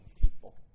people